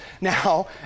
Now